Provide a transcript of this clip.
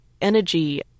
energy